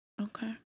Okay